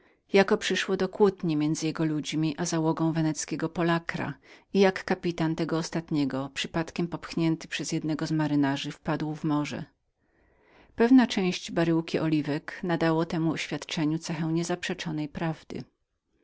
jako przyszło do kłótni między jego ludźmi a osadą brygu weneckiego i jak kapitan tego ostatniego przypadkiem popchnięty przez jednego z majtków wpadł w morze pewna część baryłki oliwy nadała temu oświadczeniu cechę niezaprzeczonej prawdy